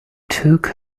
took